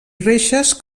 reixes